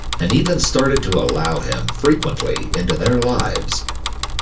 and even started to allow him frequently into their lives.